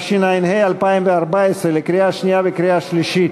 בקריאה שלישית,